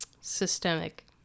systemic